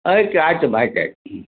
ಐತೆ ಆಯಿತಮ್ಮ ಆಯ್ತು ಆಯ್ತು ಹ್ಞೂ